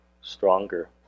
stronger